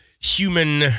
Human